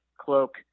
cloak